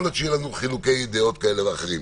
להיות שיהיו לנו חילוקי דעות כאלה ואחרים.